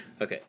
okay